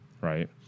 right